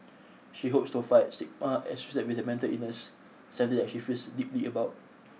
she hopes to fight stigma associated with mental illness something that she feels deeply about